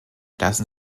lassen